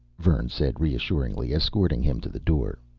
vern said reassuringly, escorting him to the door.